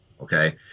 okay